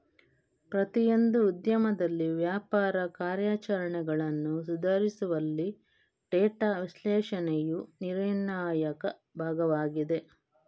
ಪ್ರತಿಯೊಂದು ಉದ್ಯಮದಲ್ಲಿ ವ್ಯಾಪಾರ ಕಾರ್ಯಾಚರಣೆಗಳನ್ನು ಸುಧಾರಿಸುವಲ್ಲಿ ಡೇಟಾ ವಿಶ್ಲೇಷಣೆಯು ನಿರ್ಣಾಯಕ ಭಾಗವಾಗಿದೆ